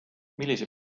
millise